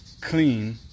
clean